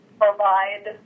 provide